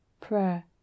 prayer